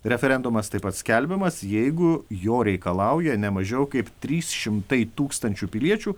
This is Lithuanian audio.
referendumas taip pat skelbiamas jeigu jo reikalauja ne mažiau kaip trys šimtai tūkstančių piliečių